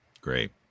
Great